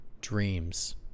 dreams